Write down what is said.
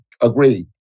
agree